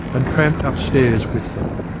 and tramped upstairs with them.